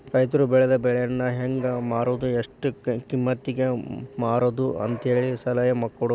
ರೈತರು ಬೆಳೆದ ಬೆಳೆಯನ್ನಾ ಹೆಂಗ ಮಾರುದು ಎಷ್ಟ ಕಿಮ್ಮತಿಗೆ ಮಾರುದು ಅಂತೇಳಿ ಸಲಹೆ ಕೊಡುದು